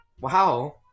Wow